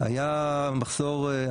היה מחסור,